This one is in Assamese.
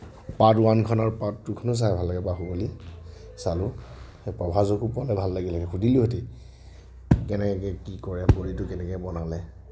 পাৰ্ট ৱানখনৰ পাৰ্ট টু খনো চাই ভাল লাগে বাহুবলীৰ চালোঁ প্ৰভাসকো পোৱা হয় ভাল লাগিল হয় সুধিলোঁহেতেন কেনেকৈ কি কৰে বডীটো কেনেকৈ বনালে